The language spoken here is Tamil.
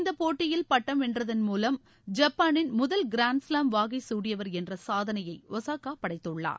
இந்தப் போட்டியில் பட்டம் வென்றதன் முலம் ஜப்பானின் முதல் கிராண்ட்ஸ்லாம் வாகை சூடியவர் என்ற சாதனையை ஒசாக்கா படைத்துள்ளார்